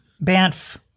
Banff